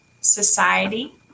Society